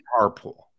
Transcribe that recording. carpool